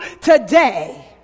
today